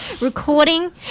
recording